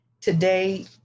Today